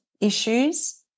issues